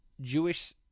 Jewish